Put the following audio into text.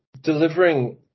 delivering